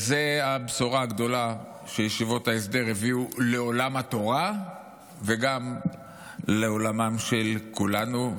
זו הבשורה הגדולה שישיבות ההסדר הביאו לעולם התורה וגם לעולם של כולנו.